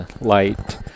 Light